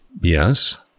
Yes